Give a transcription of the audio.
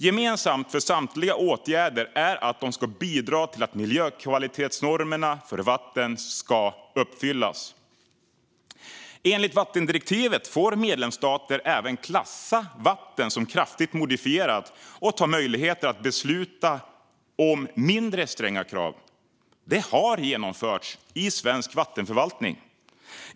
Gemensamt för samtliga åtgärder är att de ska bidra till att miljökvalitetsnormerna för vatten uppfylls. Enligt vattendirektivet får medlemsstater även klassa vatten som kraftigt modifierat och utnyttja möjligheter att besluta om mindre stränga krav. Detta har genomförts i svensk vattenförvaltning.